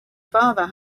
father